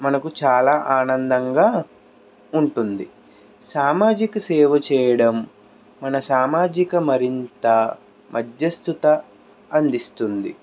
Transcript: మనకు చాలా ఆనందంగా ఉంటుంది సామాజిక సేవ చేయడం మన సామాజిక మరింత మద్యస్థుత అందిస్తుంది